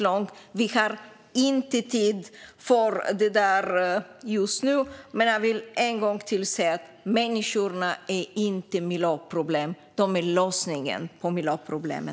Låt mig än en gång säga att människor inte är ett miljöproblem; de är lösningen på miljöproblemen.